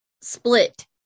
Split